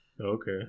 okay